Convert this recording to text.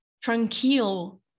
tranquil